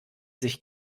sich